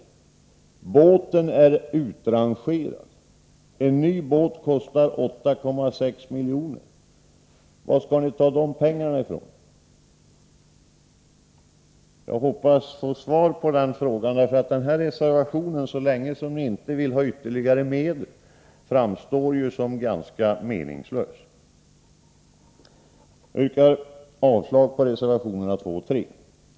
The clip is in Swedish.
Den gamla båten är utrangerad. En ny båt kostar 8,6 milj.kr. Varifrån skall ni ta de pengarna? Jag hoppas få svar på den frågan, för så länge som ni inte vill ha ytterligare medel, framstår den här reservationen som ganska meningslös. Jag yrkar avslag på reservationerna 2 och 3.